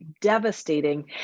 devastating